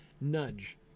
nudge